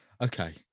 okay